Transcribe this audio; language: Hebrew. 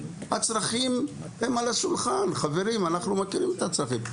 אומרים: הצרכים הם על השולחן; אנחנו מכירים אותם.